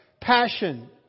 passion